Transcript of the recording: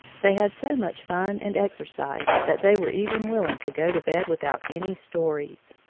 they had so much fun and exercise that they were even willing to go to bed without any stories.